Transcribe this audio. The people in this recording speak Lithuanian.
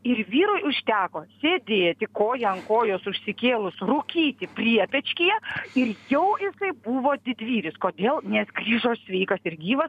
ir vyrui užteko sėdėti koją ant kojos užsikėlus rūkyti priepečkyje ir jau tai buvo didvyris kodėl nes grįžo sveikas ir gyvas